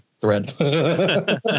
thread